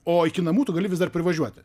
o iki namų tu gali vis dar privažiuoti